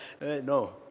No